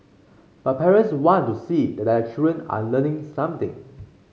but parents want to see that their children are learning something